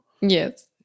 Yes